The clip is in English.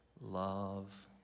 love